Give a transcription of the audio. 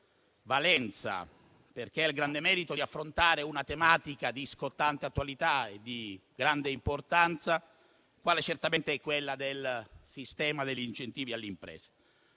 valenza, perché ha il grande merito di affrontare una tematica di scottante attualità e di grande importanza, quale certamente è il sistema degli incentivi alle imprese,